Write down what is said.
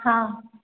हां